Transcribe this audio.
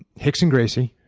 hixson gracie,